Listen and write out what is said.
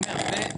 אני אומר,